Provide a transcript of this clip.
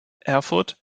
erfurt